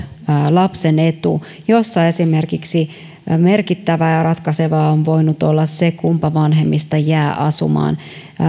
lapsen etu jossa esimerkiksi merkittävää ja ratkaisevaa on voinut olla se kumpi vanhemmista jää asumaan